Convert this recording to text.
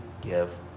give